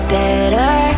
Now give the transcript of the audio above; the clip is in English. better